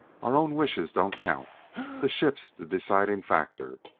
our own wishes don't count the ship's the deciding factor.